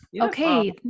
okay